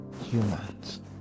Humans